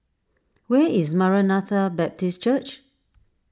where is Maranatha Baptist Church